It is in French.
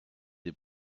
des